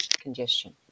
congestion